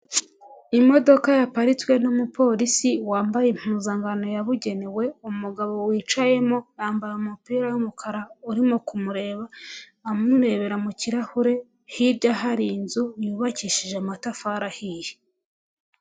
Imodoka yaparitswe n'umupolisi wambaye impuzankano yabugenewe, umugabo wicayemo yambaye umupira w'umukara urimo kumureba amurebera mu kirahure, hirya hari inzu yubakishije amatafari ahiye.